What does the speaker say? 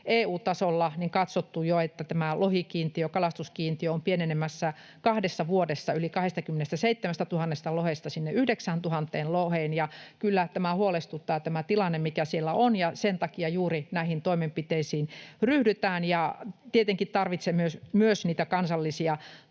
EU-tasolla katsottu jo, että tämä lohikiintiö, kalastuskiintiö on pienenemässä kahdessa vuodessa yli 27 000 lohesta sinne 9 000 loheen. Kyllä tämä tilanne, mikä siellä on, huolestuttaa, ja sen takia juuri näihin toimenpiteisiin ryhdytään. Tietenkin tarvitaan myös niitä kansallisia